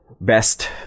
best